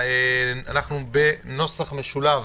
נושא הדיון הוא: נוסח משולב,